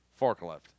Forklift